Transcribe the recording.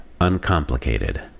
uncomplicated